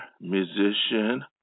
musician